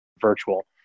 virtual